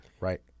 right